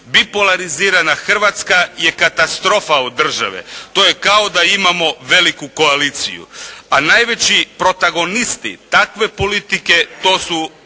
Bipolarizirana Hrvatska je katastrofa od države, to je kao da imamo veliku koaliciju, a najveći protagonisti takve politike to su